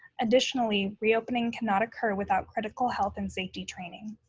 additionally, reopening cannot occur without critical health and safety training.